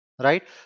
right